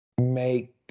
make